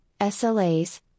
SLAs